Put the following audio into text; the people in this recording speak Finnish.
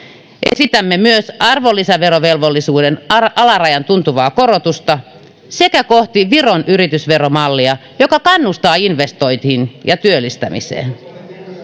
esitämme myös arvonlisäverovelvollisuuden alarajan tuntuvaa korotusta sekä etenemistä kohti viron yritysveromallia joka kannustaa investointeihin ja työllistämiseen